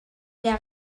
der